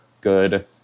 good